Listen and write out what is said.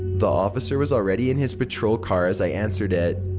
the officer was already in his patrol car as i answered it.